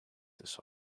this